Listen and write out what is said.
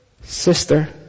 sister